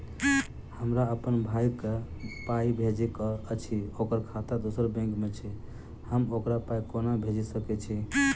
हमरा अप्पन भाई कऽ पाई भेजि कऽ अछि, ओकर खाता दोसर बैंक मे अछि, हम ओकरा पाई कोना भेजि सकय छी?